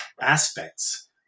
aspects